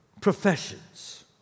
professions